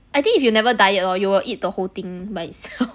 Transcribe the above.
I think if you never diet hor you will eat the whole thing by itself